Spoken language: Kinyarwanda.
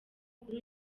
kuri